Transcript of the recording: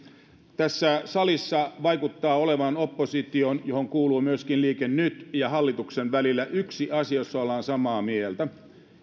tässä salissa vaikuttaa olevan opposition johon kuuluu myöskin liike nyt ja hallituksen välillä yksi asia jossa ollaan samaa mieltä